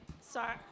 Sorry